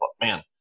man